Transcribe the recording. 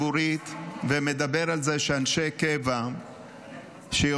ומדבר על זה שאנשי קבע שיוצאים